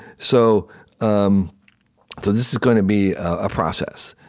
so um so this is going to be a process.